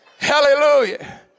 Hallelujah